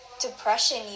depression